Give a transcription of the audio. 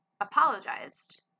apologized